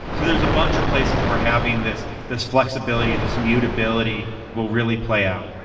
so there's a bunch of places we're having this this flexibility, this immutability will really play out.